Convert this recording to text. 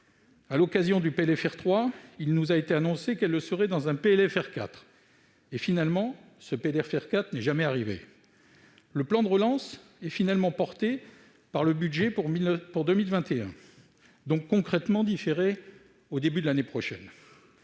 À l'occasion de ce PLFR 3, il nous a été annoncé qu'elles le seraient dans un PLFR 4. Or ce PLFR 4 n'est jamais arrivé. Le plan de relance est finalement porté par le budget pour 2021, donc concrètement différé au début de l'année prochaine.